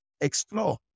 explore